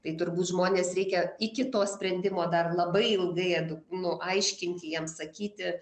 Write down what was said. tai turbūt žmones reikia iki to sprendimo dar labai ilgai edu nu aiškinti jiem sakyti